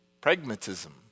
Pragmatism